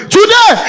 Today